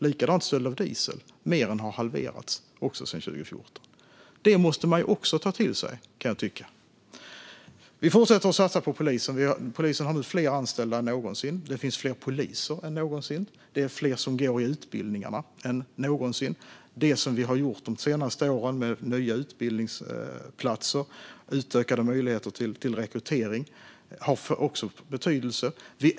Även stölderna av diesel har halverats sedan 2014. Det måste man också ta till sig. Vi fortsätter att satsa på polisen. Polisen har nu fler anställda än någonsin. Det finns fler poliser än någonsin. Det är fler som går utbildningarna än någonsin. Det som vi har gjort de senaste åren med nya utbildningsplatser och utökade möjligheter till rekrytering har också betydelse.